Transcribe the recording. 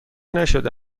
نشده